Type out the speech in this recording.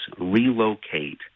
relocate